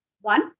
One